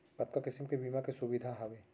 कतका किसिम के बीमा के सुविधा हावे?